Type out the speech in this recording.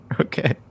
okay